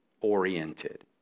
oriented